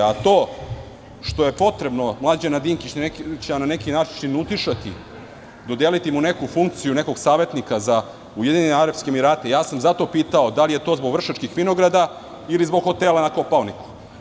A to što je potrebno Mlađana Dinkića na neki način utišati, dodeliti mu neku funkciju nekog savetnika za UAR, ja sam zato pitao da li je to zbog Vršačkih vinograda ili zbog hotela na Kopaoniku?